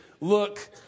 look